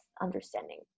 understanding